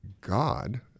God